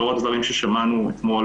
לאור הדברים ששמענו אתמול,